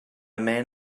man